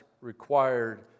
required